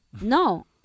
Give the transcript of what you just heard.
no